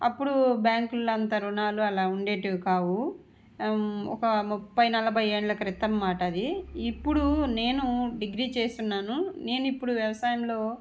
అప్పుడు బ్యాంకులలో అంత రుణాలు ఉండేవి కావు ఒక ముప్పై నలభై ఏళ్ళ క్రితం మాట అది ఇప్పుడు నేను డిగ్రీ చేసినాను నేను ఇప్పుడు వ్యవసాయంలో